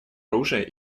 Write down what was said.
оружия